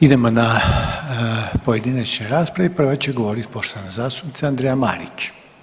Idemo na pojedinačne rasprave i prva će govoriti poštovana zastupnica Andreja Marić.